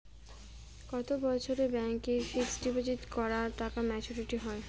কত বছরে ব্যাংক এ ফিক্সড ডিপোজিট করা টাকা মেচুউরিটি হয়?